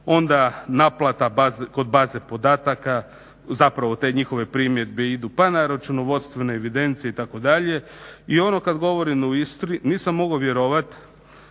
onda naplata kod baze podataka zapravo te njihove primjedbe idu pa na računovodstvene evidencije itd. I ono kada govorim o Istri nisam mogao vjerovati